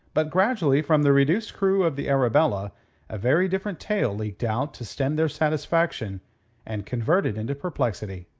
but gradually from the reduced crew of the arabella a very different tale leaked out to stem their satisfaction and convert it into perplexity.